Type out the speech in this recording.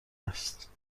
هست